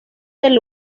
del